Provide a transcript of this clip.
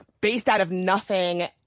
based-out-of-nothing